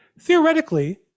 theoretically